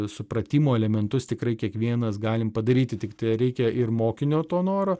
supratimo elementus tikrai kiekvienas galim padaryti tiktai reikia ir mokinio to noro